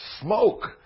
smoke